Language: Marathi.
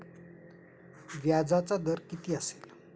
व्याजाचा दर किती असेल?